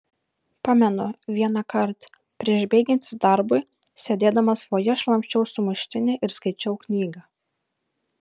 pamenu vienąkart prieš baigiantis darbui sėdėdamas fojė šlamščiau sumuštinį ir skaičiau knygą